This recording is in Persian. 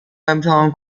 امتحان